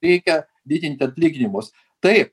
reikia didinti atlyginimus tai